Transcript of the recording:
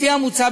לפי המוצע,